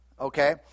Okay